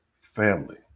family